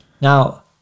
Now